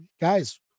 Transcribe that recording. guys